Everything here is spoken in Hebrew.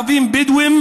שירותי רפואת חירום,